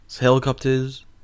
Helicopters